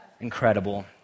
incredible